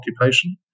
occupation